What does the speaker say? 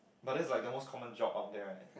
but that's like the most common job out there right